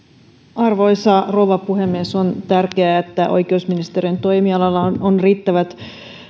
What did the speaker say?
arvoisa rouva puhemies on tärkeää että oikeusministeriön toimialalla on on riittävät